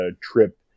trip